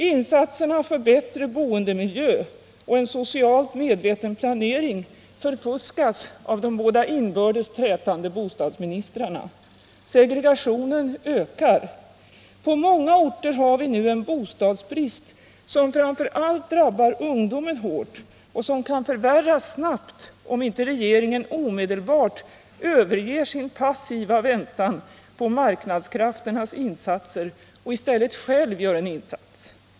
Insatserna för bättre boendemiljö och en socialt medveten planering förfuskas av de båda inbördes trätande bostadsministrarna. Segregationen ökar. På många orter har vi nu en bostadsbrist som framför allt drabbar ungdomen hårt och som kan förvärras snabbt om inte regeringen omedelbart överger sin passiva väntan på marknadskrafternas insatser och i stället själv gör en insats.